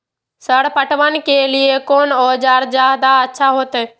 Sir पटवन के लीऐ कोन औजार ज्यादा अच्छा होते?